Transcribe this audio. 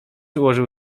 ułożył